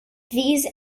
these